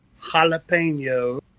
jalapeno